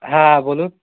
হ্যাঁ বলুন